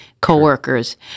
coworkers